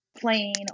playing